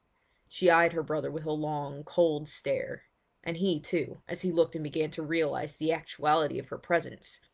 she eyed her brother with a long, cold stare and he, too, as he looked and began to realise the actuality of her presence,